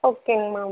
ஓகேங்க மேம்